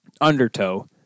undertow